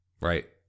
right